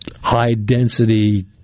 high-density